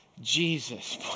Jesus